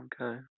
Okay